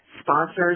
sponsors